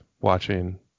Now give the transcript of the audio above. watching